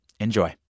Enjoy